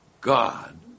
God